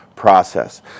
process